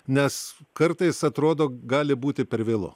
nes kartais atrodo gali būti per vėlu